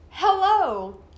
Hello